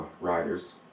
riders